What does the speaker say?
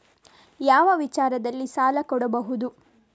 ಯಾವ ವಿಚಾರದಲ್ಲಿ ಸಾಲ ಕೊಡಬಹುದು?